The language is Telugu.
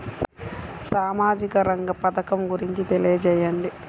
సామాజిక రంగ పథకం గురించి తెలియచేయండి?